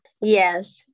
yes